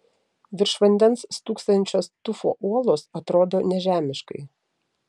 virš vandens stūksančios tufo uolos atrodo nežemiškai